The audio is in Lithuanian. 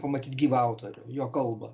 pamatyt gyvą autorių jo kalbą